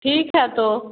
ठीक है तो